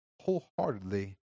wholeheartedly